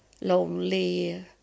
lonely